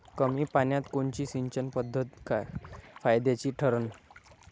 कमी पान्यात कोनची सिंचन पद्धत फायद्याची ठरन?